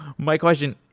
my question,